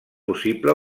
possible